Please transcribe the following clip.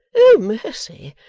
o mercy!